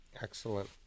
excellent